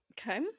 Okay